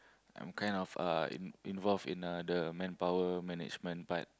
I'm kind of uh in involved in uh the manpower management part